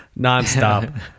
nonstop